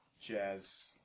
Jazz